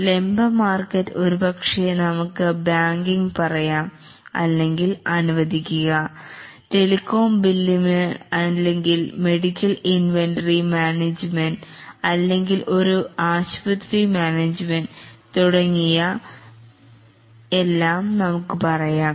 vertical market ഒരുപക്ഷേ നമുക്ക് banking പറയാം അല്ലെങ്കിൽ അനുവദിക്കുക ടെലികോം ബില്ലിന് അല്ലെങ്കിൽ മെഡിക്കൽ inventory മാനേജ്മെൻറ് അല്ലെങ്കിൽ ഒരു ആശുപത്രി മാനേജ്മെൻറ് തുടങ്ങിയവ നമുക്ക് പറയാം